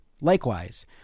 likewise